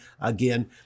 again